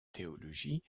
théologie